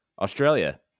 Australia